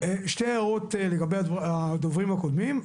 שתי הערות לגבי הדוברים הקודמים.